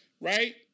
right